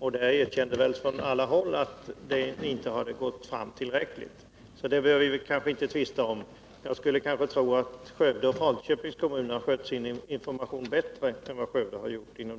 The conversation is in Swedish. erkändes i varje fall från alla håll att den inte hade gått fram tillräckligt. Det skall vi alltså inte behöva tvista om. Jag skulle tro att Skara och Falköpings kommuner har skött sin information bättre än vad Skövde har gjort.